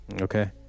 Okay